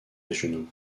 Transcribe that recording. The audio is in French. régionaux